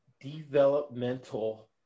developmental